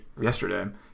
yesterday –